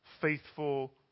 faithful